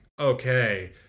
okay